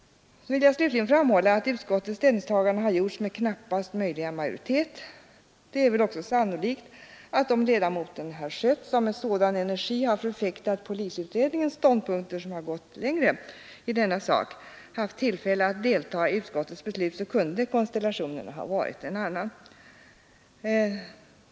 Slutligen vill jag framhålla att utskottets ställningstagande har gjorts med knappaste möjliga majoritet. Det är väl också sannolikt att om ledamoten herr Schött, som med sådan energi har förfäktat polisutredningens ståndpunkter, vilka gått längre i denna sak, haft tillfälle att delta i utskottets beslut, så kunde konstellationen ha varit en annan.